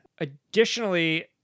Additionally